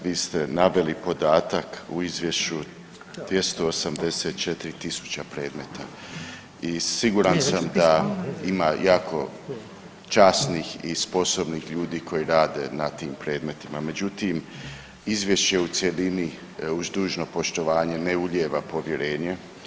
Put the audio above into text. Vi ste naveli podatak u izvješću 284.000 predmeta i siguran sam da ima jako časnih i sposobnih ljudi koji rade na tim predmetima, međutim izvješće u cjelini uz dužno poštovanje ne ulijeva povjerenje.